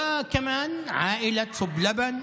וגם משפחת סוב לבן,